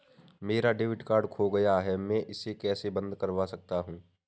मेरा debit card खो गया है मैं इसे कैसे बंद करवा सकता हूँ?